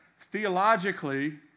theologically